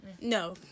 No